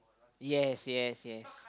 yes yes yes